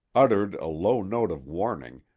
uttered a low note of warning,